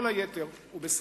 כל היתר הוא בסדר.